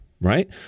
right